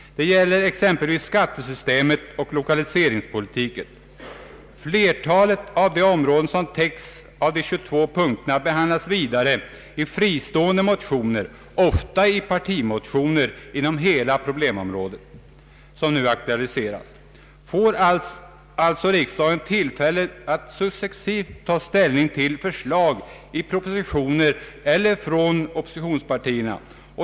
Det gäller exempelvis skattesystemet och lokaliseringspolitiken. Flertalet av de områden som täcks av motionernas 22 punkter behandlas vidare i fristående motioner, ofta i partimotioner. Inom hela det problemområde, som nu har aktualiserats, får alltså riksdagen tillfälle att successivt ta ställning till förslag i propositioner eller från oppositionspartierna.